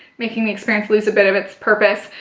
making the experience lose a bit of its purpose.